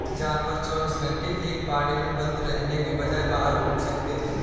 जानवर चौबीस घंटे एक बाड़े में बंद रहने के बजाय बाहर घूम सकते है